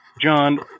John